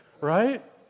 right